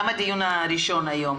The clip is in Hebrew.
גם בדיון הראשון היום,